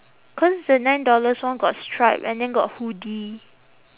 cause the nine dollars one got stripe and then got hoodie